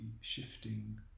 shifting